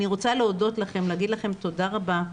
אני רוצה להודות לכם, להגיד לכם תודה רבה.